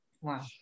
Wow